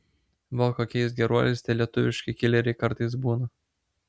va kokiais geruoliais tie lietuviški kileriai kartais būna